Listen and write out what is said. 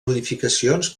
modificacions